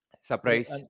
surprise